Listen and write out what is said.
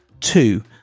Two